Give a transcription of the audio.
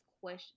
question